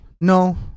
no